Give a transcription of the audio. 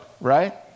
right